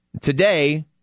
Today